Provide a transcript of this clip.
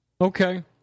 Okay